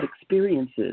experiences